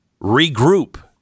regroup